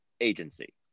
agency